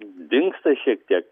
dingsta šiek tiek